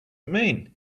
mean